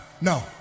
no